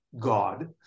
God